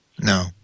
No